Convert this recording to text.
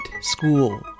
school